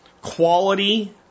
quality